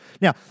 Now